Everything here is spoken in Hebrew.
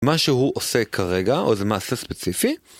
מה שהוא עושה כרגע, או זה מעשה ספציפי?